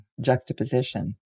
juxtaposition